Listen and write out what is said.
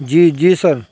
جی جی سر